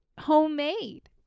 homemade